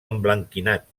emblanquinat